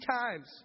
times